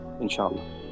inshallah